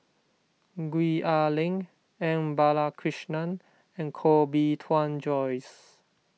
Gwee Ah Leng M Balakrishnan and Koh Bee Tuan Joyce